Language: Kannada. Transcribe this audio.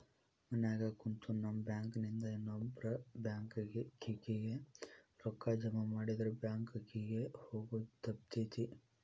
ಮನ್ಯಾಗ ಕುಂತು ನಮ್ ಬ್ಯಾಂಕ್ ನಿಂದಾ ಇನ್ನೊಬ್ಬ್ರ ಬ್ಯಾಂಕ್ ಕಿಗೆ ರೂಕ್ಕಾ ಜಮಾಮಾಡಿದ್ರ ಬ್ಯಾಂಕ್ ಕಿಗೆ ಹೊಗೊದ್ ತಪ್ತೆತಿ